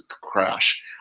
crash